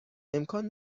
امکان